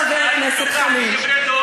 חבר הכנסת חנין.